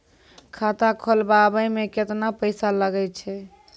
खाता खोलबाबय मे केतना पैसा लगे छै?